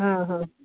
हा हा